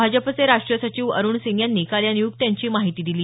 भाजपचे राष्ट्रीय सचिव अरुण सिंग यांनी काल या नियुक्त्यांची माहिती दिली